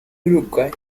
uruguay